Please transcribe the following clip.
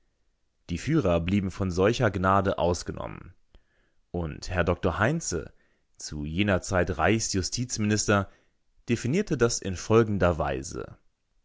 die führer blieben von solcher gnade ausgenommen und herr dr heinze zu jener zeit reichsjustizminister definierte das in folgender weise